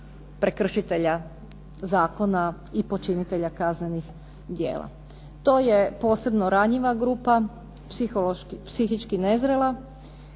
prekršitelja zakona i počinitelja kaznenih djela. To je posebno ranjiva grupa, psihički nezrela.